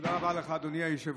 תודה רבה לך, אדוני היושב-ראש.